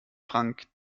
frank